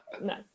no